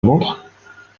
montre